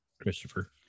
christopher